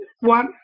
one